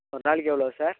ஒரு நாளைக்கு எவ்வளோ சார்